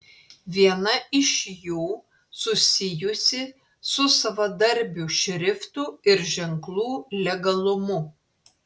viena iš jų susijusi su savadarbių šriftų ir ženklų legalumu